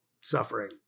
suffering